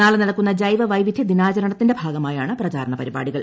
നാളെ നടക്കുന്ന ജൈവ വൈവിധൃ ദിനാചരണത്തിന്റെ ഭാഗമായാണ് പ്രചാരണ പരിപാടികൾ